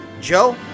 Joe